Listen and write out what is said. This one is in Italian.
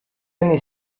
anni